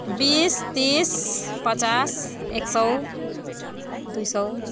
बिस तिस पचास एक सय दुई सय